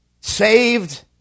saved